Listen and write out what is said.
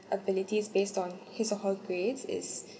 abilities based on his or her grades is